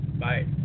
Bye